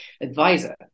advisor